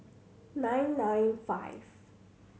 nine nine five